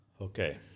okay